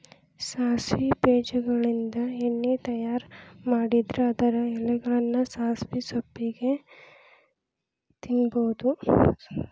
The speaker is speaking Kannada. ಸಾಸವಿ ಬೇಜಗಳಿಂದ ಎಣ್ಣೆ ತಯಾರ್ ಮಾಡಿದ್ರ ಅದರ ಎಲೆಗಳನ್ನ ಸಾಸಿವೆ ಸೊಪ್ಪಾಗಿ ತಿನ್ನಬಹುದು